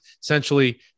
essentially